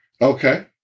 okay